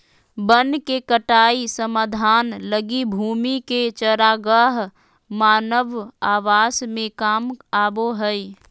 वन के कटाई समाधान लगी भूमि के चरागाह मानव आवास में काम आबो हइ